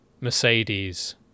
Mercedes